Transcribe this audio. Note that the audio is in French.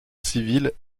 civile